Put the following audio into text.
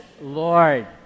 Lord